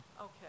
Okay